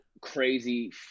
crazy